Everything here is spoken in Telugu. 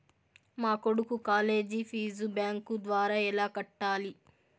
మా కొడుకు కాలేజీ ఫీజు బ్యాంకు ద్వారా ఎలా కట్టాలి?